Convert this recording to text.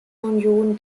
union